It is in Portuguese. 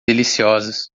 deliciosas